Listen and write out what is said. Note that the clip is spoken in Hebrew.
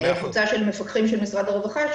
קבוצת מפקחים של משרד הרווחה,